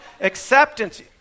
acceptance